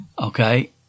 okay